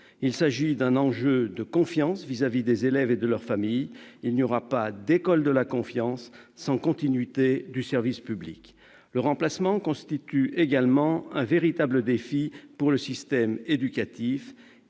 Il s'agit d'un enjeu de confiance à l'égard des élèves et de leurs familles : il n'y aura pas d'école de la confiance sans continuité du service public. Le remplacement des enseignants absents constitue également un véritable défi pour le système éducatif